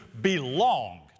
belong